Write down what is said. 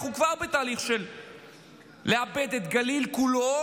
אנחנו כבר בתהליך לאבד את הגליל כולו,